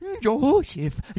Joseph